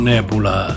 Nebula